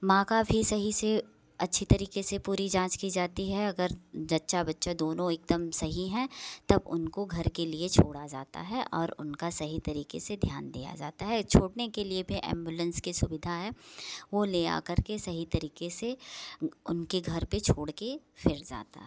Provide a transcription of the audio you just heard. माँ का भी सही से अच्छी तरीके से पूरी जाँच की जाती है अगर जच्चा बच्चा दोनों एकदम सही हैं तब उनको घर के लिए छोड़ा जाता है और उनका सही तरीके से ध्यान दिया जाता है छूटने के लिए भी एम्बुलेंस की सुविधा है वो ले आकर के सही तरीके से उनके घर पर छोड़ कर फिर जाता है